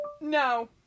No